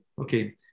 okay